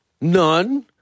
none